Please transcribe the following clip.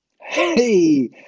Hey